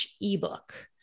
ebook